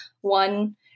one